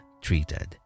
treated